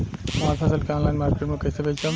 हमार फसल के ऑनलाइन मार्केट मे कैसे बेचम?